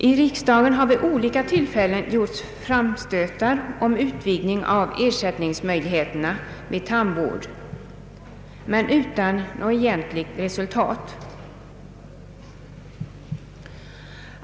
I riksdagen har vid olika tillfällen gjorts framstötar om utvidgning av ersättningsmöjligheterna vid tandvård men utan något egentligt resultat.